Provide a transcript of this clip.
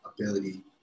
ability